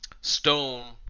Stone